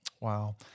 Wow